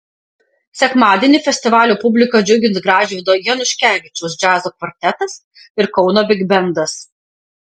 sekmadienį festivalio publiką džiugins gražvydo januškevičiaus džiazo kvartetas ir kauno bigbendas